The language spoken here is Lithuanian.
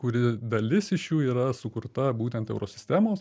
kuri dalis iš jų yra sukurta būtent eurosistemos